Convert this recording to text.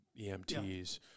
EMTs